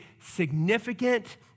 significant